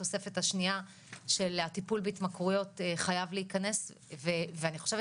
התוספת השנייה של הטיפול בהתמכרויות חייב להיכנס ואני חושבת